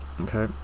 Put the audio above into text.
okay